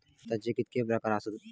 खताचे कितके प्रकार असतत?